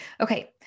Okay